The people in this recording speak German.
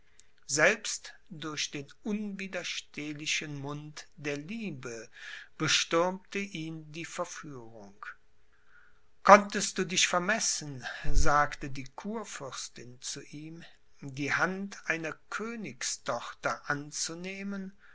selbst durch den unwiderstehlichen mund der liebe bestürmte ihn die verführung konntest du dich vermessen sagte die kurfürstin zu ihm die hand einer königstochter anzunehmen